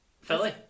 Philly